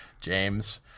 James